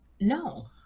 No